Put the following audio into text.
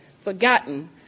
forgotten